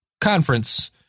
conference